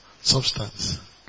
Substance